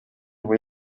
voy